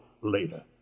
later